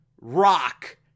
rock